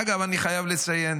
אגב, אני חייב לציין